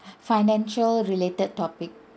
financial related topic